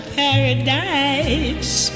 paradise